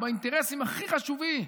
באינטרסים הכי חשובים.